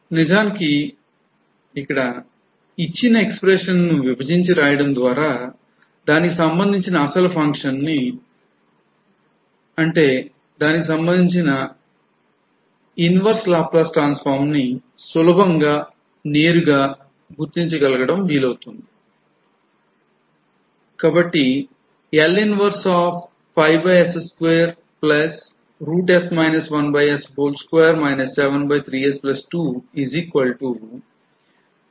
నిజానికి ఇచ్చిన expression ను విభజించి వ్రాయడం ద్వారా దానికి సంబంధించిన అసలు functionను సులభంగా నేరుగా గుర్తించగలిగాము